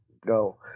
go